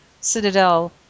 Citadel